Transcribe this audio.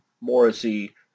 Morrissey